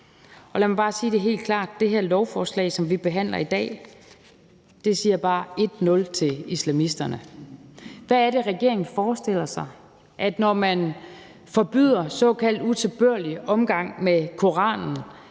Lad mig bare sige det helt klart: Det her lovforslag, som vi behandler i dag, siger bare 1-0 til islamisterne. Hvad er det, regeringen forestiller sig? At når man forbyder såkaldt utilbørlig omgang med Koranen,